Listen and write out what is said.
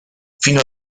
fino